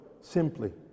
simply